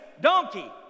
donkey